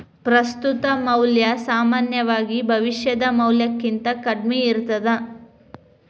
ಪ್ರಸ್ತುತ ಮೌಲ್ಯ ಸಾಮಾನ್ಯವಾಗಿ ಭವಿಷ್ಯದ ಮೌಲ್ಯಕ್ಕಿಂತ ಕಡ್ಮಿ ಇರ್ತದ